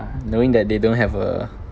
knowing that they don't have a